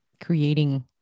creating